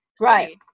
right